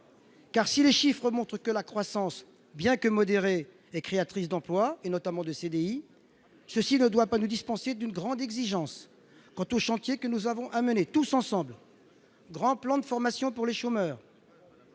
car, si les chiffres montrent que la croissance, bien que modérée, est créatrice d'emplois, notamment de CDI, ce constat ne doit pas nous dispenser d'une grande exigence quant aux chantiers que nous avons à mener tous ensemble : grand plan de formation pour les chômeurs